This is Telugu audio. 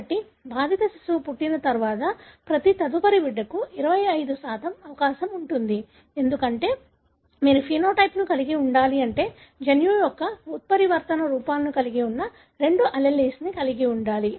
కాబట్టి బాధిత శిశువు పుట్టిన తరువాత ప్రతి తదుపరి బిడ్డకు 25 అవకాశం ఉంటుంది ఎందుకంటే మీరు ఫెనోటైప్ ను కలిగి ఉండాలంటే జన్యువు యొక్క ఉత్పరివర్తన రూపాలను కలిగి ఉన్న రెండు యుగ్మ వికల్పాలు కలిగి ఉండాలి